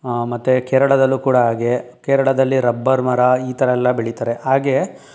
ಮತ್ತು ಕೇರಳದಲ್ಲೂ ಕೂಡ ಹಾಗೆ ಕೇರಳದಲ್ಲಿ ರಬ್ಬರ್ ಮರ ಈ ಥರ ಎಲ್ಲ ಬೆಳೀತಾರೆ ಹಾಗೆ